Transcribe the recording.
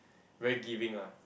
very giving ah